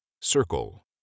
Circle